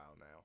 now